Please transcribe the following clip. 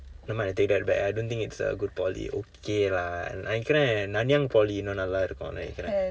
nevermind I take that back I don't think it's a good poly okay lah and நினைக்கிறேன்:ninaikkiraen nanyang poly இன்னும் நல்லா இருக்கும் நினைக்கிறேன்:innum nallaa irukkum ninaikkiraen